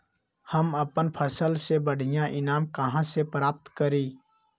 हम अपन फसल से बढ़िया ईनाम कहाँ से प्राप्त करी?